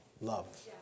love